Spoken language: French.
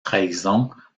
trahisons